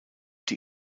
die